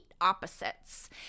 opposites